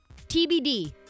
TBD